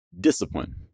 discipline